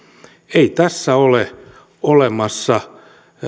ei tässä ole olemassa